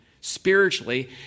spiritually